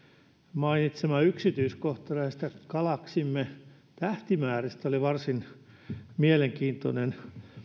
mainitsema yksityiskohta näistä galaksimme tähtimääristä oli varsin mielenkiintoinen